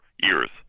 years